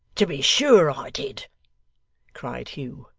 to be sure i did cried hugh,